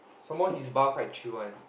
some more his bar quite chill one